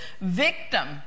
victim